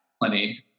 plenty